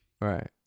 Right